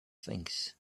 things